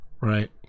right